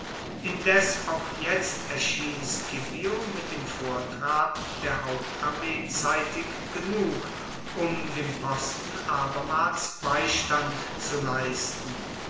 indes auch jetzt erschien scipio mit dem vortrab der hauptarmee zeitig genug um dem posten abermals beistand zu leisten